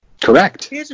correct